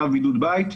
צו בידוד בית,